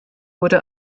wurde